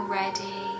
ready